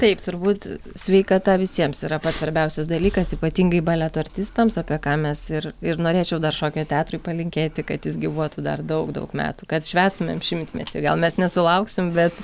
taip turbūt sveikata visiems yra pats svarbiausias dalykas ypatingai baleto artistams apie ką mes ir ir norėčiau dar šokio teatrui palinkėti kad jis gyvuotų dar daug daug metų kad švęstumėm šimtmetį gal mes nesulauksim bet